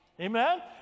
Amen